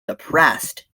depressed